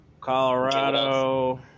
Colorado